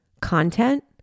content